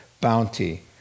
bounty